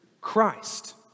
Christ